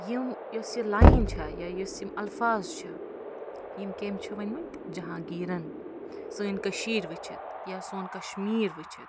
یِم یۄس یہِ لایِن چھےٚ یا یُس یِم الفاظ چھِ یِم کٔمۍ چھِ ؤنۍ مٔتۍ جہانگیٖرَن سٲنۍ کٔشیٖر وُچِتھ یا سون کَشمیٖر وُچِتھ